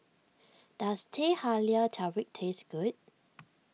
does Teh Halia Tarik taste good